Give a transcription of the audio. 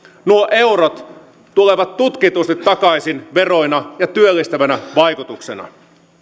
nuo eurot tulevat tutkitusti takaisin veroina ja työllistävänä vaikutuksena